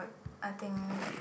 I think